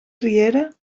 riera